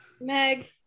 meg